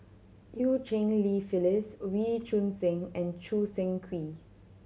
Eu Cheng Li Phyllis Wee Choon Seng and Choo Seng Quee